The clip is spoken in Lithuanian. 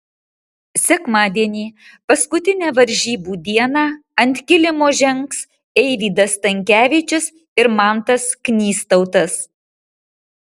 sekmadienį paskutinę varžybų dieną ant kilimo žengs eivydas stankevičius ir mantas knystautas